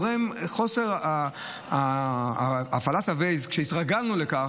חוסר הפעלת Waze זה גם גורם, כשהתרגלנו לכך,